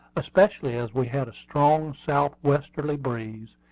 especially as we had a strong south-westerly breeze,